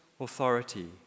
authority